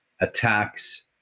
attacks